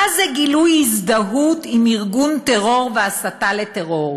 זה גילוי הזדהות עם ארגון טרור והסתה לטרור,